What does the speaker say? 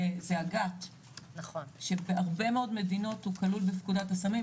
הגת שבהרבה מאוד מדינות הוא כלול בפקודת הסמים,